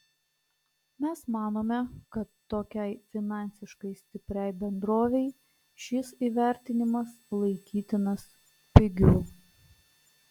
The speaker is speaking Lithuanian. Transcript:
mes manome kad tokiai finansiškai stipriai bendrovei šis įvertinimas laikytinas pigiu